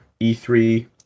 E3